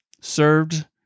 served